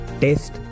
test